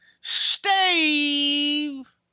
Steve